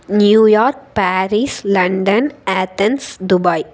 New York Paris London Athens Dubai